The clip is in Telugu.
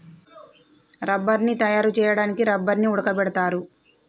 రబ్బర్ని తయారు చేయడానికి రబ్బర్ని ఉడకబెడతారు